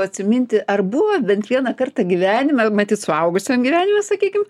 atsiminti ar buvo bent vieną kartą gyvenime matyt suaugusiam gyvenime sakykim